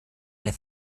der